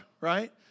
right